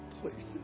places